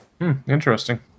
Interesting